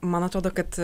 man atrodo kad